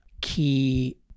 key